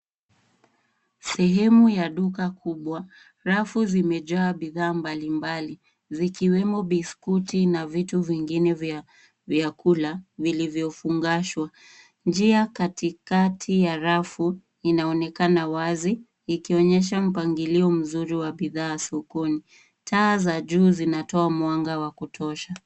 Sehemu ya duka kubwa, rafu zimejaa bidhaa mbali mbali, zikiwemo biskuti na vitu vingine vya kula. Vili viofungashwa, njia katikati ya rafu inaonekana wazi, ikionyesha mpangilio mzuri wa bidhaa sokoni, taa za juu zinatoa mwanga wa kutosha.